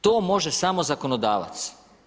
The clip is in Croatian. To može samo zakonodavac.